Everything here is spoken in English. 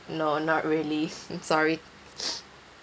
no not really sorry